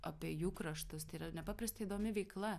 apie jų kraštus tai yra nepaprastai įdomi veikla